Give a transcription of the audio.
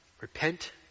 Repent